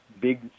big